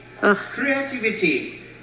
Creativity